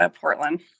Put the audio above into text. Portland